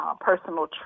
personal